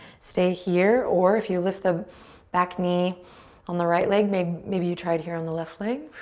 stay here, or if you lift the back knee on the right leg maybe maybe you try it here on the left leg.